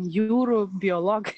jūrų biologais